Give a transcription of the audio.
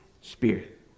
spirit